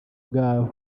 bwabo